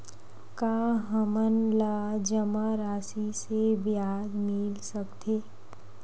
का हमन ला जमा राशि से ब्याज मिल सकथे?